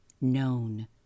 known